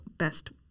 best